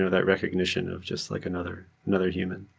ah that recognition of just like another another human